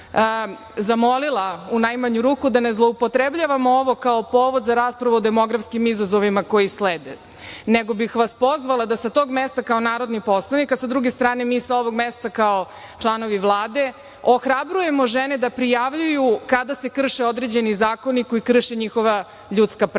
zamolila u najmanju ruku da ne zloupotrebljavamo ovo kao povod za raspravu o demografskim izazovima koji slede, nego bih vas pozvala da sa tog mesta kao narodni poslanik, a sa druge strane mi sa ovog mesta kao članovi Vlade, ohrabrujemo žene da prijavljuju kada se krše određeni zakoni koji krše njihova ljudska prava. Tako